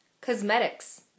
Cosmetics